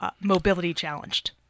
mobility-challenged